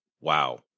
Wow